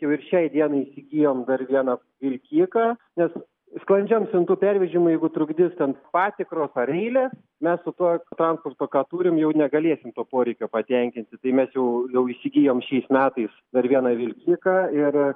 jau ir šiai dienai įsigijom dar vieną vilkiką nes sklandžiam siuntų pervežimui jeigu trukdys ten patikros ar eilės mes su tuo transportu ką turim jau negalėsim to poreikio patenkinti tai mes jau jau įsigijom šiais metais dar vieną vilkiką ir